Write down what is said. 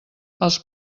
els